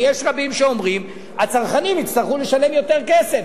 ויש רבים שאומרים: הצרכנים יצטרכו לשלם יותר כסף.